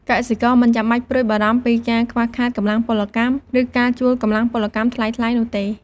កសិករមិនចាំបាច់ព្រួយបារម្ភពីការខ្វះខាតកម្លាំងពលកម្ម ឬការជួលកម្លាំងពលកម្មថ្លៃៗនោះទេ។